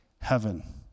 heaven